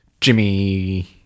jimmy